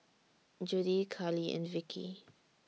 Judie Carli and Vickie